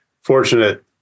fortunate